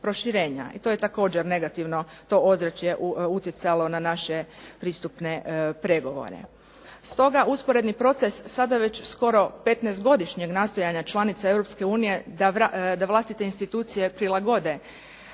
I to je također negativno, to ozračje, utjecalo na naše pristupne pregovore. Stoga, usporedni proces sada već skoro 15-godišnjeg nastojanja članica EU da vlastite institucije prilagode